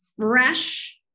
fresh